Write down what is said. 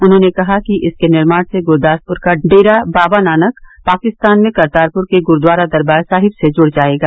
उन्होंने कहा कि इसके निर्माण से गुरदासपुर का डेरा बाबा नानक पाकिस्तान में करतारपुर के गुरुद्वारा दरबार साहिब से जुड़ जाएगा